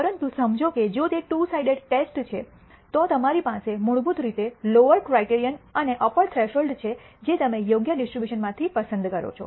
પરંતુ સમજો કે જો તે ટૂ સાઇડેડ ટેસ્ટ છે તો તમારી પાસે મૂળભૂત રીતે લોઅર ક્રાઇટિરીઅન અને અપર થ્રેશોલ્ડ છે જે તમે યોગ્ય ડિસ્ટ્રીબ્યુશનમાંથી પસંદ કરો છો